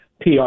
PR